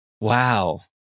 Wow